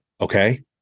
okay